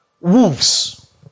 Wolves